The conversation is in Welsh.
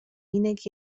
unig